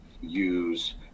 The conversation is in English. use